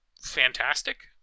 fantastic